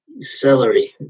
celery